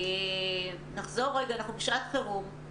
אנחנו בשעת חרום.